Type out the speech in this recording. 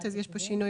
מיום ח' באב התשפ"ב,